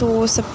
تو وہ سب